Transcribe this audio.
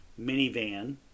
minivan